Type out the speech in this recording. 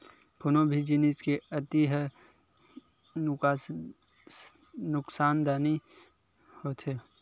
कोनो भी जिनिस के अति ह नुकासानदायी होथे